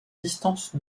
distance